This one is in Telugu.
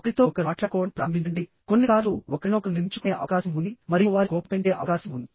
ఒకరితో ఒకరు మాట్లాడుకోవడం ప్రారంభించండి కొన్నిసార్లు ఒకరినొకరు నిందించుకునే అవకాశం ఉంది మరియు వారి కోపం పెంచే అవకాశం ఉంది